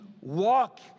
walk